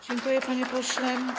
Dziękuję, panie pośle.